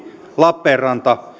lappeenranta